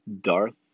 Darth